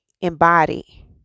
embody